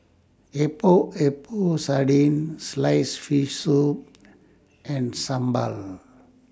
Epok Epok Sardin Sliced Fish Soup and Sambal